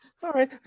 Sorry